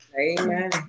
Amen